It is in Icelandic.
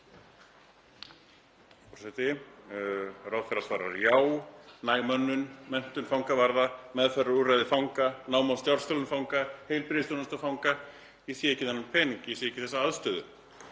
Ráðherra svarar: Já, næg mönnun, menntun fangavarða, meðferðarúrræði fanga, nám og starfsþjálfun fanga, heilbrigðisþjónusta fanga. Ég sé ekki þennan pening, ég sé ekki þessa aðstöðu.